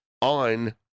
on